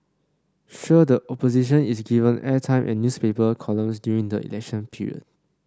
sure the Opposition is given airtime and newspaper columns during the election period